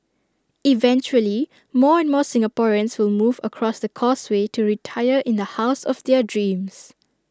eventually more and more Singaporeans will move across the causeway to retire in the house of their dreams